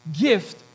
gift